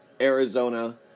Arizona